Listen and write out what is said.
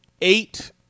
eight